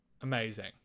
Amazing